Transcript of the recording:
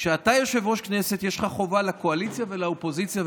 כשאתה יושב-ראש הכנסת יש לך חובה לקואליציה ולאופוזיציה,